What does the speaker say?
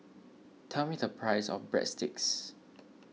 tell me the price of Breadsticks